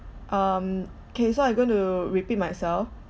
um K so I'm going to repeat myself